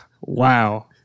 Wow